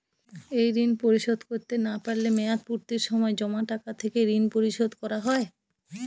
এই ঋণ পরিশোধ করতে না পারলে মেয়াদপূর্তির সময় জমা টাকা থেকে ঋণ পরিশোধ করা হয়?